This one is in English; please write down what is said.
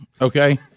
okay